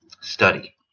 study